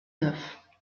neuf